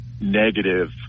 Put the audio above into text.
negative